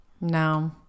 No